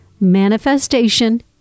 manifestation